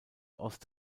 ost